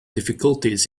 difficulties